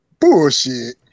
Bullshit